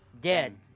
Dead